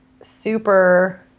super